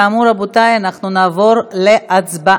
כאמור, רבותי, אנחנו נעבור להצבעה.